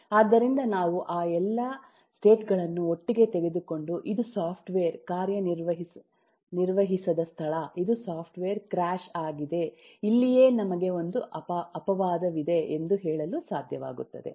ಆದ್ದರಿಂದ ನಾವು ಆ ಎಲ್ಲ ಸ್ಟೇಟ್ ಗಳನ್ನು ಒಟ್ಟಿಗೆ ತೆಗೆದುಕೊಂಡು ಇದು ಸಾಫ್ಟ್ವೇರ್ ಕಾರ್ಯನಿರ್ವಹಿಸದ ಸ್ಥಳ ಇದು ಸಾಫ್ಟ್ವೇರ್ ಕ್ರ್ಯಾಶ್ ಆಗಿದೆ ಇಲ್ಲಿಯೇ ನಮಗೆ ಒಂದು ಅಪವಾದವಿದೆ ಎಂದು ಹೇಳಲು ಸಾಧ್ಯವಾಗುತ್ತದೆ